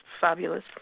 fabulous